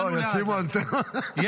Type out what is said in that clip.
הגענו לעזה.